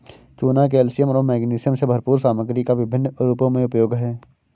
चूना कैल्शियम और मैग्नीशियम से भरपूर सामग्री का विभिन्न रूपों में उपयोग है